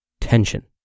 Tension